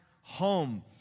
home